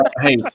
Hey